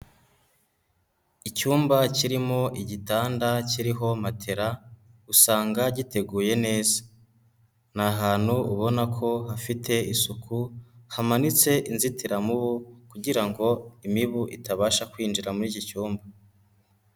Icyumba kirimo igitanda kiriho matela usanga giteguye neza, ni ahantu ubona ko hafite isuku hamanitse inzitiramubu kugira ngo imibu itabasha kwinjira muri iki cyumba.